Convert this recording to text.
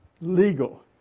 legal